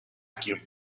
vacuum